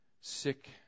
sick